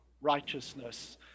righteousness